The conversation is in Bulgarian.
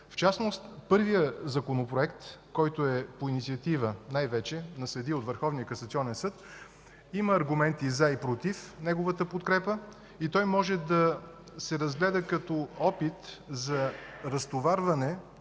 В частност в първия Законопроект, който е по инициатива най-вече на съдии от Върховния касационен съд, има аргументи „за” и „против” неговата подкрепа и той може да се разгледа като опит за разтоварване